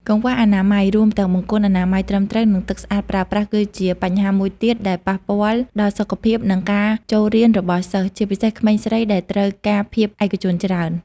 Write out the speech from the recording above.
កង្វះអនាម័យ រួមទាំងបង្គន់អនាម័យត្រឹមត្រូវ និងទឹកស្អាតប្រើប្រាស់ គឺជាបញ្ហាមួយទៀតដែលប៉ះពាល់ដល់សុខភាព និងការចូលរៀនរបស់សិស្ស ជាពិសេសក្មេងស្រីដែលត្រូវការភាពឯកជនច្រើន។